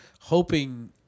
hoping